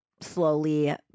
slowly